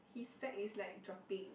his sack is like dropping